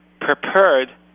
prepared